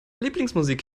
lieblingsmusik